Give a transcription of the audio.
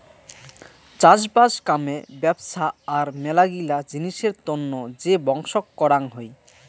চাষবাস কামে ব্যপছা আর মেলাগিলা জিনিসের তন্ন যে বংশক করাং হই